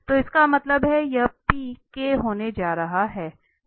तो इसका मतलब यह होने जा रहा है